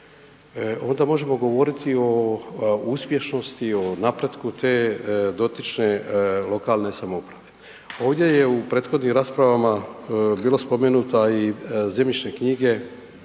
onda možemo govoriti o uspješnosti o napretku te dotične lokalne samouprave. Ovdje je u prethodnim rasprava bilo spomenuta i zemljišne knjige